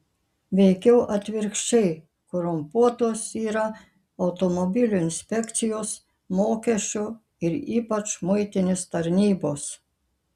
veikiau atvirkščiai korumpuotos yra automobilių inspekcijos mokesčių ir ypač muitinės tarnybos